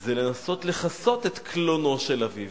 זה לנסות לכסות את קלונו של אביו,